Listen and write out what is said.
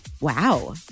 Wow